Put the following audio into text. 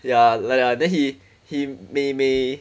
ya like ya then he he 每每